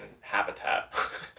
Habitat